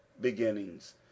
beginnings